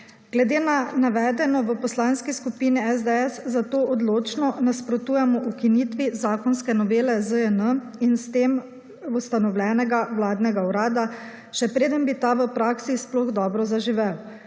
Glede na navedeno v Poslanski skupini SDS, zato odločno nasprotujemo ukinitvi zakonske novele ZJN in s tem ustanovljenega vladnega urada še preden bi ta v praksi sploh dobro zaživel.